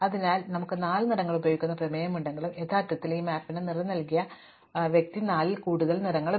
അതിനാൽ നമുക്ക് നാല് നിറങ്ങൾ ഉപയോഗിക്കാമെന്ന പ്രമേയമുണ്ടെങ്കിലും യഥാർത്ഥത്തിൽ ഈ മാപ്പിന് നിറം നൽകിയ വ്യക്തി നാലിൽ കൂടുതൽ നിറങ്ങൾ ഉപയോഗിച്ചു